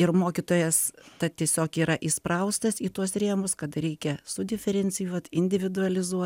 ir mokytojas tad tiesiog yra įspraustas į tuos rėmus kad reikia sudiferencijuot individualizuot